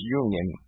union